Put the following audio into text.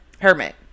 hermit